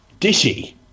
Dishy